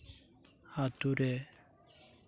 ᱟᱛᱳ ᱨᱮ